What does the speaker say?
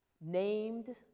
named